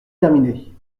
terminé